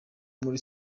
muri